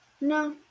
no